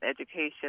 education